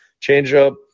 changeup